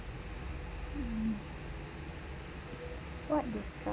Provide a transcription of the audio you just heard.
what disgust